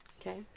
Okay